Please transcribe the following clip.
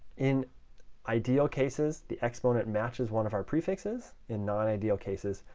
in ideal cases, the exponent matches one of our prefixes. in non-ideal cases,